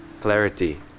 clarity